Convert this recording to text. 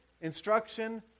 instruction